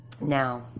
Now